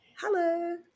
Hello